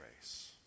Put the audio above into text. grace